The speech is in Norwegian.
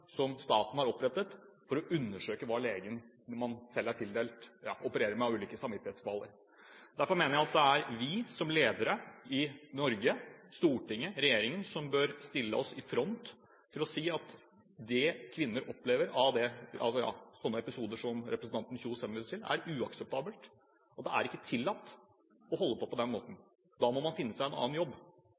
som staten har opprettet, for å undersøke hva legen man selv er tildelt, opererer med av ulike samvittighetskvaler. Derfor mener jeg at det er vi som ledere i Norge – Stortinget, regjeringen – som bør stille oss i front og si at det kvinner opplever av sånne episoder som representanten Kjønaas Kjos henviser til, er uakseptabelt, og at det ikke er tillatt å holde på på den måten. Da må man finne seg en annen jobb.